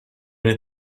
know